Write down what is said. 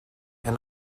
and